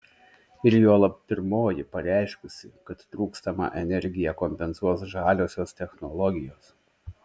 ir juolab pirmoji pareiškusi kad trūkstamą energiją kompensuos žaliosios technologijos